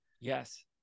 yes